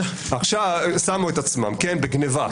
הם שמו את עצמם, בגניבה.